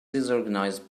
disorganized